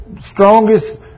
strongest